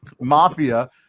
Mafia